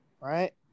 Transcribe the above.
Right